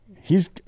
hes